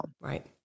Right